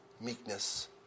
meekness